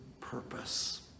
purpose